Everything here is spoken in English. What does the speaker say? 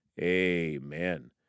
amen